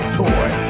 toy